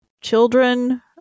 children